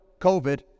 COVID